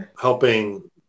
helping